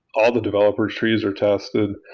all the developer trees are tested,